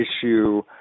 issue